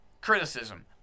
criticism